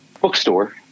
bookstore